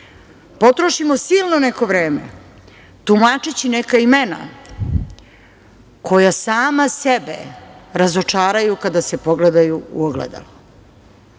potrošimo silno neko vreme tumačeći neka imena koja sama sebe razočaraju kada se pogledaju u ogledalo.